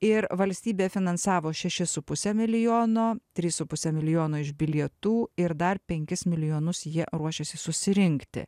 ir valstybė finansavo šešis su puse milijono trys su puse milijono iš bilietų ir dar penkis milijonus jie ruošėsi susirinkti